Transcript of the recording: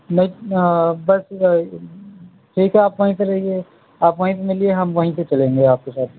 ٹھیک ہے آپ وہیں پہ رہیے آپ وہیں پہ ملیے ہم وہیں سے چلے جائیں گے آپ کے ساتھ